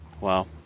Wow